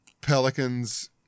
Pelicans